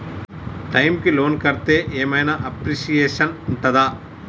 Time కి loan కడ్తే ఏం ఐనా అప్రిషియేషన్ ఉంటదా?